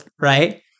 right